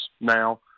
now